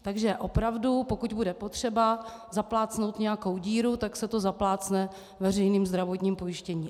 Takže opravdu pokud bude potřeba zaplácnout nějakou díru, tak se to zaplácne veřejným zdravotním pojištěním.